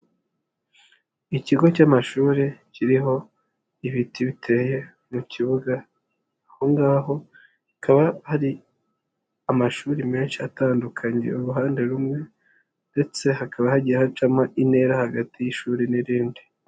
Ikigo cy'amashuri kiriho ibiti biteye mu kibuga, aho ngaho hakaba hari amashuri menshi atandukanye uruhande rumwe ndetse hakaba hagiye hacamo intera hagati y'ishuri n'irindi.